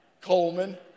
Coleman